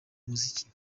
muziki